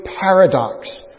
paradox